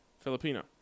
Filipino